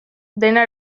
dena